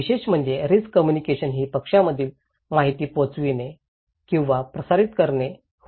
विशेष म्हणजे risk communication ही पक्षांमधील माहिती पोहोचविणे किंवा प्रसारित करणे होय